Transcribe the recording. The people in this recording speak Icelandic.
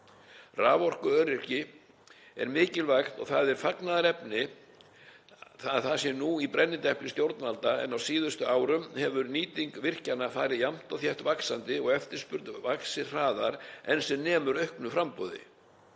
Raforkuöryggi er mikilvægt og það er fagnaðarefni að það sé nú í brennidepli hjá stjórnvöldum, en á síðustu árum hefur nýting virkjana farið jafnt og þétt vaxandi og eftirspurn vaxið hraðar en sem nemur auknu framboði.